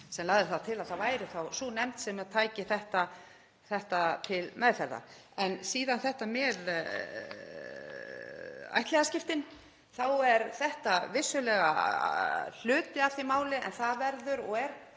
sem lagði það til að það væri þá sú nefnd sem tæki þetta til meðferðar. En síðan með ættliðaskiptin þá er það vissulega hluti af því máli. En það verður og er